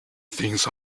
things